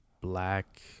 Black